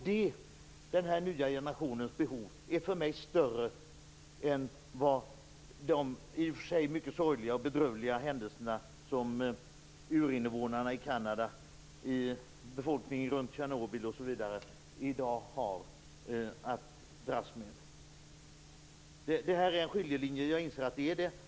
Den nya generationens behov är för mig någonting som är större än de i och för sig mycket sorgliga och bedrövliga händelserna som urinvånarna i Kanada, befolkningen runt Tjernobyl osv. i dag har att dras med. Jag inser att det här är en skiljelinje.